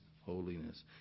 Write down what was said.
holiness